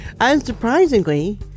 Unsurprisingly